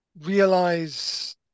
realize